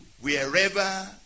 Wherever